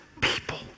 people